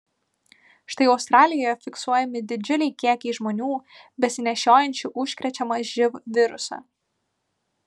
štai australijoje fiksuojami didžiuliai kiekiai žmonių besinešiojančių užkrečiamą živ virusą